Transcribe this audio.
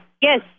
Yes